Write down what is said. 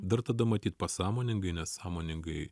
dar tada matyt pasąmoningai nesąmoningai